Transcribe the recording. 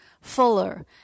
fuller